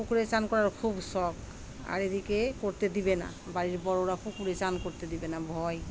পুকুরে চান করার খুব শখ আর এদিকে করতে দিবে না বাড়ির বড়োরা পুকুরে চান করতে দেিবে না ভয়